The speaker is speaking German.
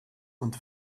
und